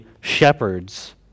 shepherds